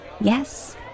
Yes